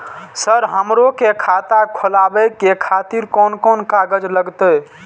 Sir हमरो के खाता खोलावे के खातिर कोन कोन कागज लागते?